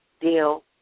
deal